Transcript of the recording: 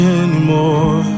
anymore